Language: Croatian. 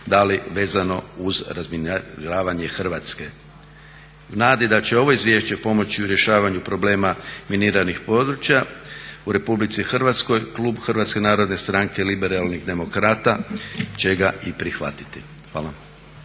dali vezano uz razminiravanje Hrvatske. U nadi da će ovo izvješće pomoći u rješavanju problema miniranih područja u RH klub HNS-a, liberalnih demokrata će ga i prihvatiti. Hvala.